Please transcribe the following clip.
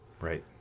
Right